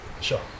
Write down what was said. Sure